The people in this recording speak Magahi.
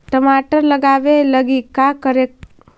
टमाटर लगावे लगी का का करये पड़तै?